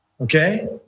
Okay